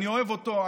אני אוהב אותו,